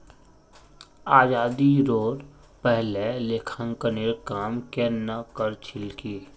आज़ादीरोर पहले लेखांकनेर काम केन न कर छिल की